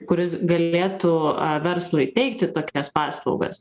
kuris galėtų verslui teikti tokias paslaugas